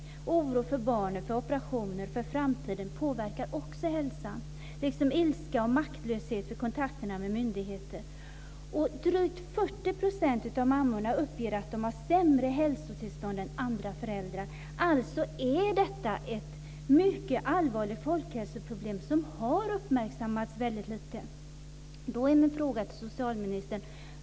Också oro för barnet, för operationer och för framtiden påverkar hälsan, liksom ilska och maktlöshet vid kontakterna med myndigheter. Drygt 40 % av mammorna upplever att de har sämre hälsotillstånd än andra föräldrar. Detta är alltså ett mycket allvarligt folkhälsoproblem, som har uppmärksammats väldigt lite.